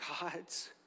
god's